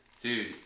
Dude